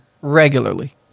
regularly